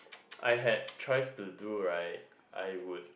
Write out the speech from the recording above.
I had a choice to do right I would